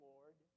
Lord